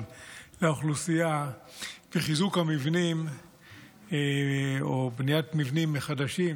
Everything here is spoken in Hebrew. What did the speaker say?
לאוכלוסייה וחיזוק המבנים או בניית מבנים חדשים,